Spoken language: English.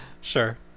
Sure